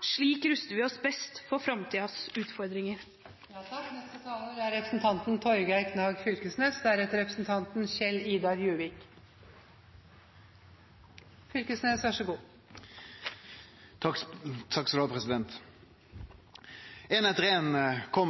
Slik ruster vi oss best for framtidens utfordringer. Ein etter ein kjem